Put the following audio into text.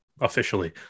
officially